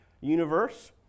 universe